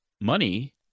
money